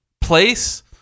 place